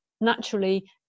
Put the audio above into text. naturally